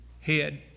head